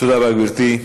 תודה רבה, גברתי.